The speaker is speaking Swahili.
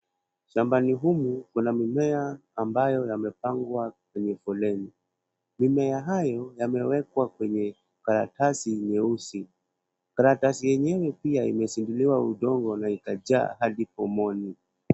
Shambani humu kuna mimea ambayo yamepangwa kwenye foleni . Mimea hayo yamewekwa kwenye karatasi nyeusi. Karatasi yenyewe pia imesindiliwa udongo ikajaa hadi pomoni.